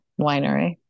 winery